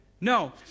No